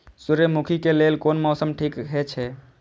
सूर्यमुखी के लेल कोन मौसम ठीक हे छे?